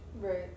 right